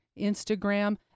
Instagram